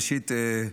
ראשית,